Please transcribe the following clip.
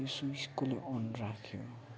यो स्विच कसले अन राख्यो